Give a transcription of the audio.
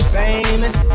famous